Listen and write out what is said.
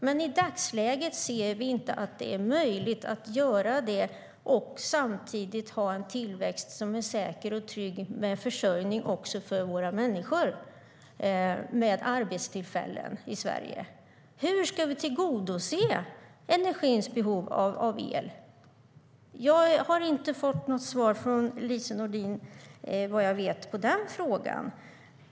Men i dagsläget ser vi inte att det är möjligt att göra det och samtidigt ha en tillväxt som är säker och trygg, med en försörjning också för våra människor i fråga om arbetstillfällen i Sverige.Hur ska vi tillgodose industrins behov av el? Jag har inte fått något svar från Lise Nordin, vad jag vet, på den frågan.